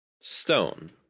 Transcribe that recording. stone